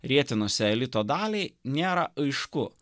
rietenose elito daliai nėra aišku